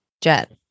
Jet